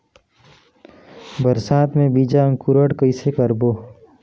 बरसात मे बीजा अंकुरण कइसे करबो?